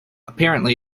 apparently